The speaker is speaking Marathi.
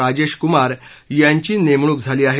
राजेश कुमार यांची नेमणूक झाली आहे